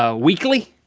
ah weekly?